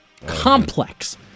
complex